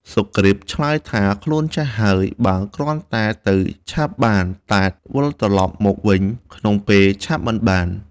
សុគ្រីពឆ្លើយថា ខ្លួនចាស់ហើយ បើគ្រាន់តែទៅឆាប់បាន តែវិលត្រឡប់មកវិញក្នុងពេលឆាប់មិនបាន។